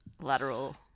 lateral